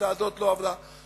והשיטה הזאת לא עבדה.